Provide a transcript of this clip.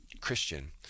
Christian